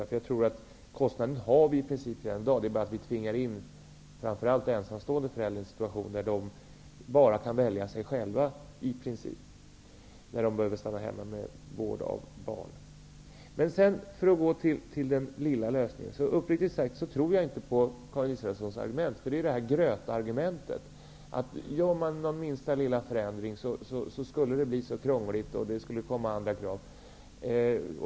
I princip finns den kostnaden redan i dag, genom att vi tvingar in framför allt ensamstående föräldrar i en situation där de bara kan välja att själva stanna hemma för vård av barn. När det gäller den lilla lösningen tror jag uppriktigt sagt inte på Karin Israelssons argument. Det är grötargumentet, som är att minsta lilla förändring skulle innebära mycket krångel och medföra andra krav.